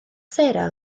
sarah